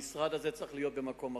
המשרד הזה צריך להיות במקום אחר,